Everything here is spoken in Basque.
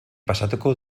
pasatuko